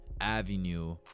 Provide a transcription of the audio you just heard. avenue